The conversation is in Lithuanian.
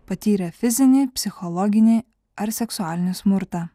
patyrę fizinį psichologinį ar seksualinį smurtą